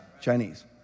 Chinese